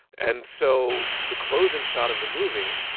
and so the closing shot of the movie,